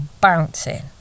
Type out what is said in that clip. bouncing